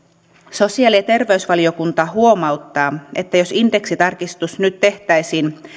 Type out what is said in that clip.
sosiaali ja terveysvaliokunta huomauttaa että jos indeksitarkistus nyt tehtäisiin